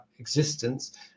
existence